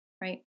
right